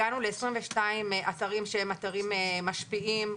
הגענו ל-22 אתרים שהם אתרים משפיעים,